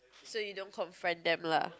so you don't confront them lah